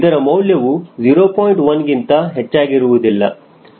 1 ಗಿಂತ ಹೆಚ್ಚಾಗಿರುವುದಿಲ್ಲ ಹಾಗೂ ನೇರವಾಗಿ ಬರುತ್ತದೆ